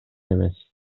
эмес